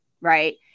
right